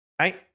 Right